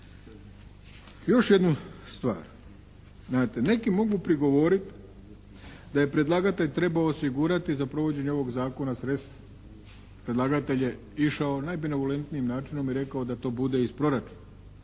Još jednu stvar, znate neki mogu prigovoriti da je predlagatelj trebao osigurati za provođenje ovog Zakona sredstva. Predlagatelj je išao najbenevolentnijim načinom i rekao da to bude iz proračuna.